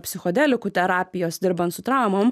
psichodelikų terapijos dirbant su traumom